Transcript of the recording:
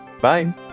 Bye